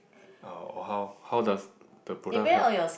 how how how does the product help